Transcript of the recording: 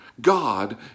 God